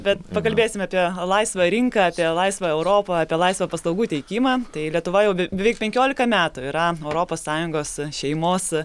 bet pakalbėsime apie laisvą rinką apie laisvą europą apie laisvą paslaugų teikimą tai lietuva jau beveik penkiolika metų yra europos sąjungos šeimos